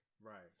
Right